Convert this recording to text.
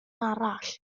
arall